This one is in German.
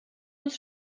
uns